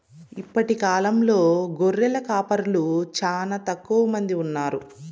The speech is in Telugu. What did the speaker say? ఇప్పటి కాలంలో గొర్రెల కాపరులు చానా తక్కువ మంది ఉన్నారు